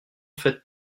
faites